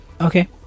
Okay